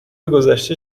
گذشته